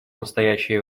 настоящее